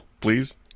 please